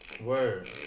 Word